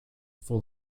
for